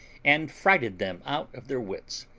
and frighted them out of their wits,